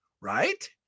right